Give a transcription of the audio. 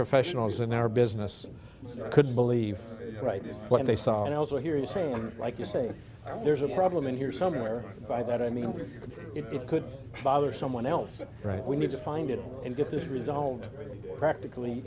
professionals in our business couldn't believe what they saw and also hear you saying like you say there's a problem in here somewhere by that i mean it could bother someone else right we need to find it and get this resolved practically